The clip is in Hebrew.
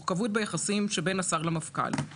מורכבות ביחסים שבין השר למפכ"ל.